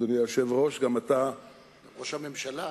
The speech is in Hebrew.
אדוני היושב-ראש, גם אתה, ראש הממשלה.